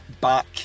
back